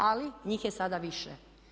Ali njih je sada više.